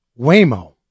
Waymo